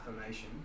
affirmation